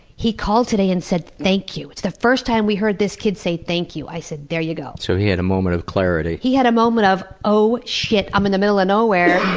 he called today and said thank you. it's the first time we heard this kid say thank you. i said, there you go. so he had a moment of clarity? he had a moment of, oh shit, i'm in the middle of nowhere,